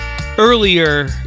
earlier